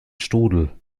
strudel